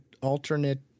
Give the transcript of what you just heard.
alternate